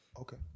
Okay